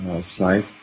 side